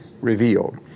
revealed